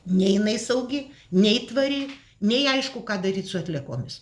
nei jinai saugi nei tvari nei aišku ką daryt su atliekomis